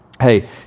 hey